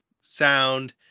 sound